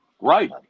right